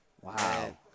Wow